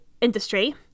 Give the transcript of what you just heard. industry